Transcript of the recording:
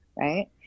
right